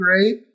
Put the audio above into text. great